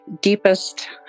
deepest